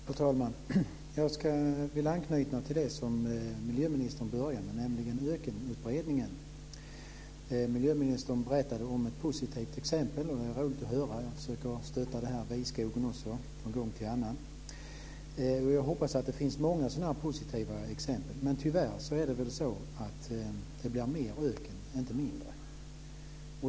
Fru talman! Jag vill anknyta till det som miljöministern började med, nämligen ökenutbredningen. Miljöministern berättade om ett positivt exempel. Det är roligt. Jag försöker från gång till annan att stötta Vi-skogen. Jag hoppas att det finns många sådana positiva exempel. Men tyvärr blir det mer öken, inte mindre.